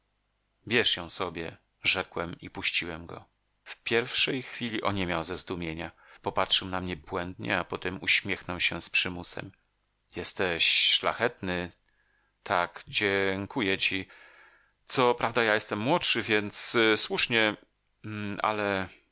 bierz ją sobie rzekłem i puściłem go w pierwszej chwili oniemiał ze zdumienia popatrzył na mnie błędnie a potem uśmiechnął się z przymusem jesteś szlachetny tak dziękuję ci co prawda ja jestem młodszy więc słusznie ale